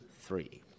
three